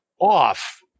off